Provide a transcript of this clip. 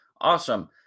awesome